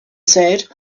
said